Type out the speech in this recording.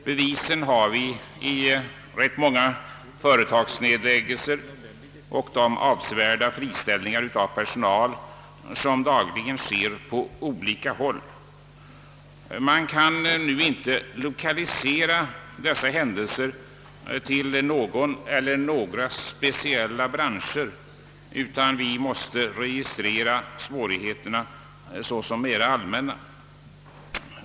Bevisen utgörs av de många företagsnedläggelserna och den stora mängd friställningar av personal som dagligen sker på olika håll. Dessa företeelser kan inte lokaliseras till någon eller några speciella branscher, utan man måste registrera svårigheterna såsom mera allmänna.